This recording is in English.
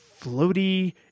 floaty